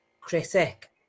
critic